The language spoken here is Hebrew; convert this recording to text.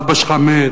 אבא שלך מת,